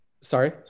sorry